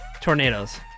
Tornadoes